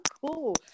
cool